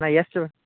ಅಣ್ಣ ಎಷ್ಟು